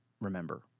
remember